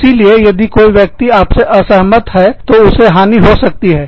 इसीलिए यदि कोई व्यक्ति आपसे असहमत है तो उसे हानि हो सकती है